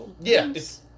Yes